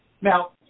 Now